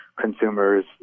consumers